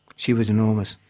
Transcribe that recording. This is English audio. she was enormous.